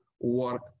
work